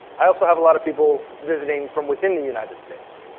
i also have a lot of people visiting from within the united states.